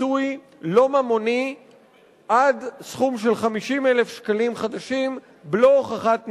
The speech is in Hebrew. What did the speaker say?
פיצוי לא ממוני עד סכום של 50,000 שקלים חדשים בלא הוכחת נזק.